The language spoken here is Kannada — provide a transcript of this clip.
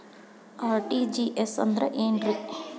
ಆರ್.ಟಿ.ಜಿ.ಎಸ್ ಅಂದ್ರ ಏನ್ರಿ?